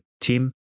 team